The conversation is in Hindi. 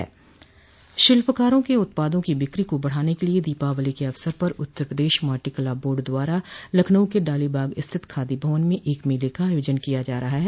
शिल्पकारों के उत्पादों की बिक्रो को बढ़ाने के लिये दीपावली के अवसर पर उत्तर प्रदेश माटीकला बोर्ड द्वारा लखनऊ के डालीबाग स्थित खादी भवन में एक मेले का आयोजन किया जा रहा है